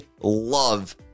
love